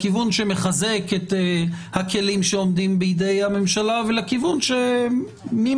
לכיוון שמחזק את הכלים שעומדים בידי הממשלה ולכיוון שמי